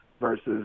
versus